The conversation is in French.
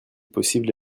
possible